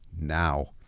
now